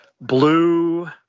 Blue